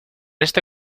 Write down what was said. este